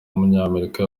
w’umunyamerika